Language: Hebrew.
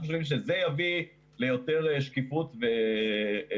אנחנו חושבים שזה יביא ליותר שקיפות ועבודה